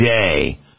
day